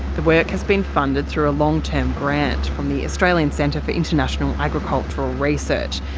the work has been funded through a long-term grant from the australian centre for international agricultural research,